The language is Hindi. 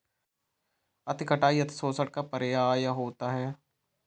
अति कटाई अतिशोषण का पर्याय होता है